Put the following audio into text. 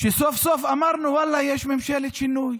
כשסוף-סוף אמרנו: ואללה, יש ממשלת שינוי,